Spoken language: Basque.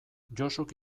josuk